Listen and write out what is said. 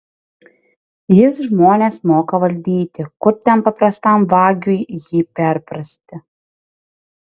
jis žmones moka valdyti kur ten paprastam vagiui jį perprasti